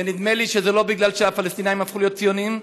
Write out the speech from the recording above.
ונדמה לי שזה לא בגלל שהפלסטינים הפכו להיות ציונים.